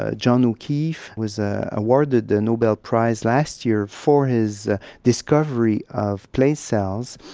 ah john o'keefe was awarded the nobel prize last year for his discovery of place cells.